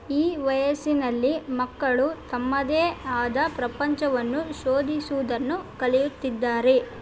ಈ ವಯಸ್ಸಿನಲ್ಲಿ ಮಕ್ಕಳು ತಮ್ಮದೇ ಆದ ಪ್ರಪಂಚವನ್ನು ಶೋಧಿಸುವುದನ್ನು ಕಲಿಯುತ್ತಿದ್ದಾರೆ